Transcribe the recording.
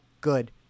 good